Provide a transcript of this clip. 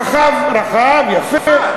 רחב, יפה.